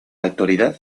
actualidad